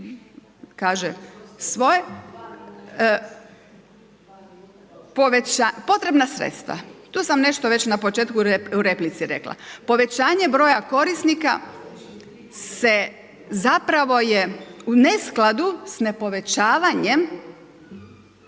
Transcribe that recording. kaže svoje, potrebna sredstva. Tu sam nešto već na početku u replici rekla, povećanje broja korisnika je zapravo u neskladu sa ne povećavanjem